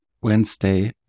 Wednesday